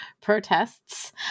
protests